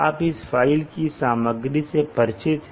आप इस फ़ाइल की सामग्री से परिचित हैं